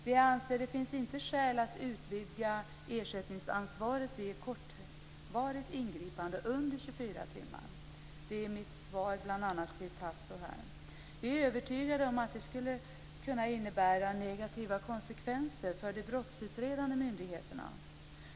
Vi anser att det inte finns skäl att utvidga ersättningsansvaret vid ett ingripande som innebär ett kortvarigt frihetsberövande, dvs. som varar mindre än 24 timmar. Det är mitt svar bl.a. till Tasso Stafilidis. Vi är övertygade om att det skulle kunna innebära negativa konsekvenser för de brottsutredande myndigheterna.